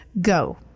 go